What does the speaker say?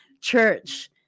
church